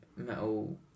metal